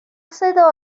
صدا